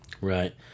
right